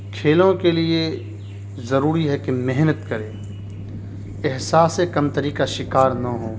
کھیلوں کے لیے ضروری ہے کہ محنت کرے احساس کمتری کا شکار نہ ہوں